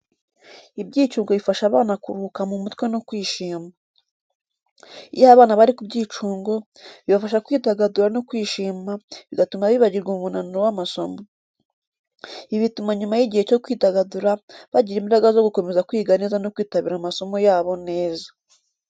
Ibyicungo bifasha abana kuruhuka mu mutwe no kwishima. Iyo abana bari ku byicungo, bibafasha kwidagadura no kwishima, bigatuma bibagirwa umunaniro w’amasomo. Ibi bituma nyuma y’igihe cyo kwidagadura, bagira imbaraga zo gukomeza kwiga neza no kwitabira amasomo yabo neza.